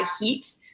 heat